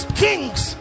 kings